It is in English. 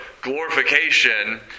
glorification